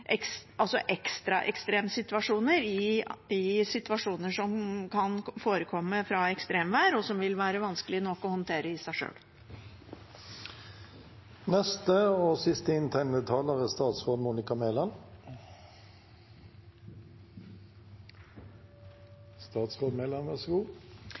ekstra ekstremsituasjoner i situasjoner som kan forekomme på grunn av ekstremvær, og som vil være vanskelig nok å håndtere i seg sjøl. Det er veldig bra at det er